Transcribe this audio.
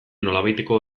nolabaiteko